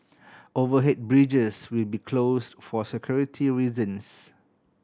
overhead bridges will be closed for security reasons